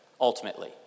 ultimately